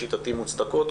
לשיטתי מוצדקות,